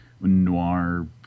noir